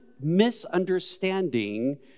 misunderstanding